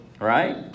right